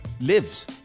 lives